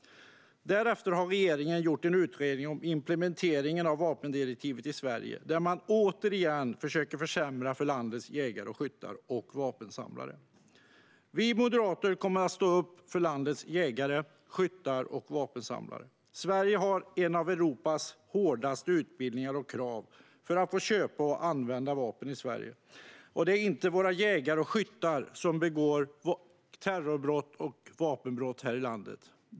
Därefter har regeringen gjort en utredning om implementeringen av vapendirektivet i Sverige där man återigen försöker försämra för landets jägare, skyttar och vapensamlare, men vi moderater kommer att stå upp för dessa. Sverige har bland de hårdaste utbildningarna och kraven i Europa för att få köpa och använda vapen, och det är inte våra jägare och skyttar som begår terror och vapenbrott här i landet.